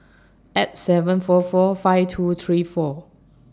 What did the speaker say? eight seven four four five two three four